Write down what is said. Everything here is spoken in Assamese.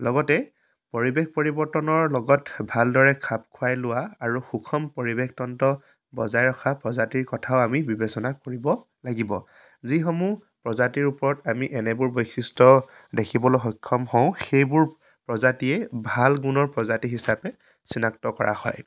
লগতে পৰিৱেশ পৰিৱৰ্তনৰ লগত ভালদৰে খাপ খুৱাই লোৱা আৰু সুষম পৰিবেশতন্ত্ৰ বজাই ৰখা প্ৰজাতিৰ কথাও আমি বিবেচনা কৰিব লাগিব যিসমূহ প্ৰজাতিৰ ওপৰত আমি এনেবোৰ বৈশিষ্ট্য় দেখিবলৈ সক্ষম হওঁ সেইবোৰ প্ৰজাতিয়ে ভাল গুণৰ প্ৰজাতি হিচাপে চিনাক্ত কৰা হয়